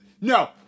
No